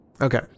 Okay